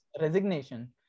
resignation